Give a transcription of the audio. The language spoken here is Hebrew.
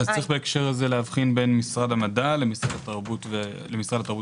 צריך בהקשר הזה להבחין בין משרד המדע למשרד התרבות וספורט.